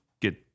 get